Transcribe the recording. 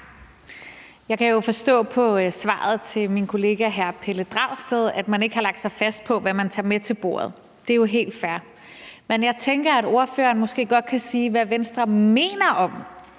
Jeg kan jo forstå på svaret til min kollega hr. Pelle Dragsted, at man ikke har lagt sig fast på, hvad man tager med til bordet. Det er jo helt fair. Men jeg tænker, at ordføreren måske godt kan sige, hvad Venstre mener om,